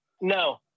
No